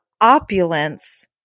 opulence